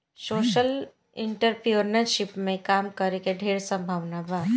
social entrepreneurship में काम के ढेर संभावना बा